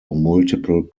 multiple